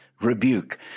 rebuke